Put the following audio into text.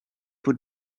put